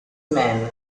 men